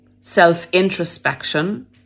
self-introspection